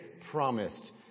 promised